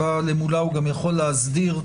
שלמולה הוא גם יכול להסדיר.